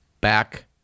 back